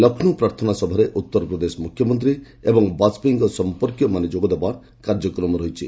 ଲକ୍ଷ୍ନୌ ପ୍ରାର୍ଥନା ସଭାରେ ଉତ୍ତରପ୍ରଦେଶ ମୁଖ୍ୟମନ୍ତ୍ରୀ ଏବଂ ବାଜପେୟୀଙ୍କ ସଂପର୍କୀୟମାନେ ଯୋଗଦେବାର କାର୍ଯ୍ୟକ୍ରମ ରହିଛି